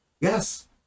Yes